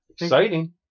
Exciting